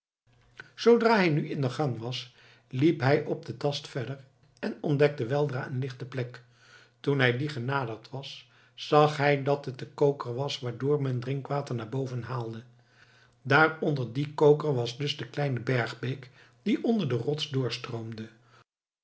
zoodra hij nu in de gang was liep hij op den tast verder en ontdekte weldra eene lichte plek toen hij die genaderd was zag hij dat het de koker was waardoor men drinkwater naar boven haalde daar onder die koker was dus de kleine bergbeek die onder de rots doorstroomde